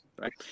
right